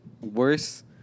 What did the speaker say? worse